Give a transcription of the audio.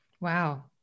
Wow